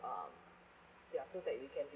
uh ya so that we can